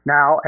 Now